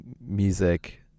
music